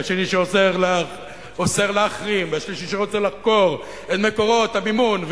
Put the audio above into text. שני שאוסר להחרים והשלישי שרוצה לחקור את מקורות המימון,